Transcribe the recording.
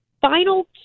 final